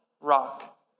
rock